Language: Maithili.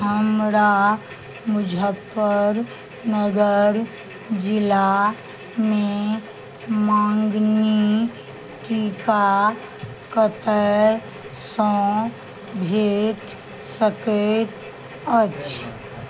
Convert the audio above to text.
हमरा मुजफ्फरनगर जिलामे मङ्गनी टीका कतयसँ भेट सकैत अछि